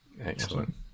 Excellent